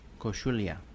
Koshulia